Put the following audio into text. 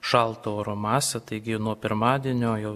šalto oro masę taigi nuo pirmadienio jau